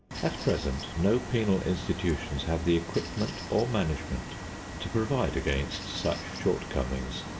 at present no penal institutions have the equipment or management to provide against such shortcomings.